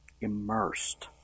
Immersed